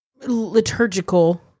liturgical